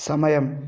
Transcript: సమయం